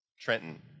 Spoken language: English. Trenton